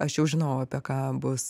aš jau žinojau apie ką bus